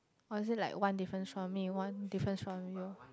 or is it like one difference from me one difference from you